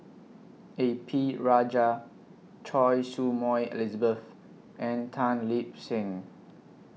A P Rajah Choy Su Moi Elizabeth and Tan Lip Seng